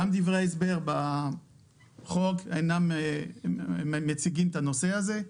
גם דברי ההסבר בחוק אינם מציגים את הנושא הזה.